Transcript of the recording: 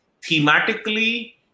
thematically